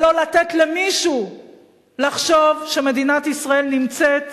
ולא לתת למישהו לחשוב שמדינת ישראל נמצאת